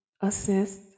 assist